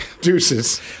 Deuces